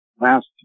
last